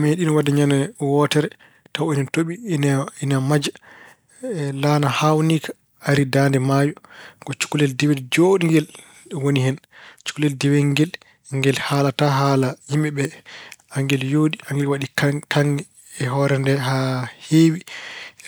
Meeɗiino waɗde ñande wootere tawa ina toɓi, ina maja, laana hawnaaki ari daande maayo. Ko cukalel dewel njooɗngel woni hen. Cukalel dewel ngel, ngel haalataa haala yimɓe ɓee. Angel yooɗi, angel waɗi kaŋ kaŋŋe e hoore nde haa heewi.